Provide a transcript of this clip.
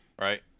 Right